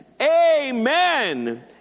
Amen